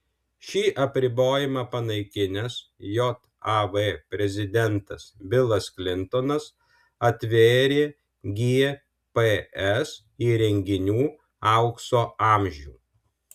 šį apribojimą panaikinęs jav prezidentas bilas klintonas atvėrė gps įrenginių aukso amžių